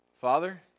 Father